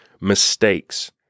mistakes